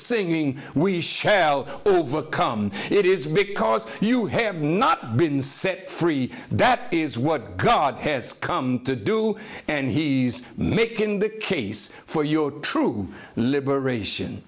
singing we shall overcome it is because you have not been set free that is what god has come to do and he's making the case for your true liberation